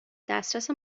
دسترس